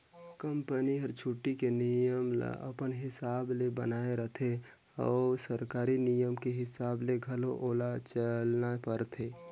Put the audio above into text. company हर छुट्टी के नियम ल अपन हिसाब ले बनायें रथें अउ सरकारी नियम के हिसाब ले घलो ओला चलना परथे